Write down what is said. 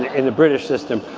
in the british system.